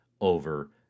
over